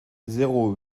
zéro